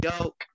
Yo